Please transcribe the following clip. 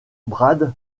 brad